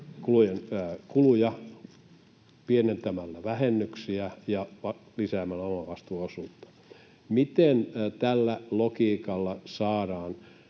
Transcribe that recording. pienentämällä vähennyksiä ja lisäämällä omavastuuosuutta. Miten tällä logiikalla saadaan